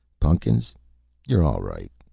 pun'kins you're all right.